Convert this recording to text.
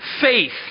faith